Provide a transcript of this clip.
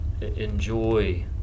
enjoy